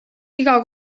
iga